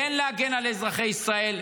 כן להגן על אזרחי ישראל.